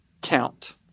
count